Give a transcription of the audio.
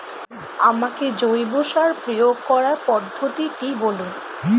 আমাকে জৈব সার প্রয়োগ করার পদ্ধতিটি বলুন?